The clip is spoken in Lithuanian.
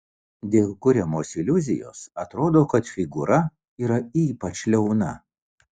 dėl kuriamos iliuzijos atrodo kad figūra yra ypač liauna